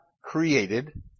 created